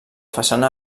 façana